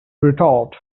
retort